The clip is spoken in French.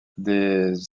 des